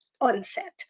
onset